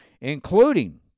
including